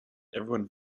everyone